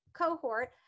cohort